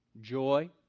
joy